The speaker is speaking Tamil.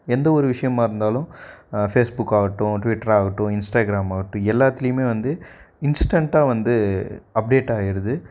எந்த ஒரு விஷயமா இருந்தாலும் ஃபேஸ்புக் ஆகட்டும் ட்விட்ரு ஆகட்டும் இன்ஸ்டாகிராம் ஆகட்டும் எல்லாத்துலேயுமே வந்து இன்ஸ்டன்டாக வந்து அப்டேட் ஆயிடுது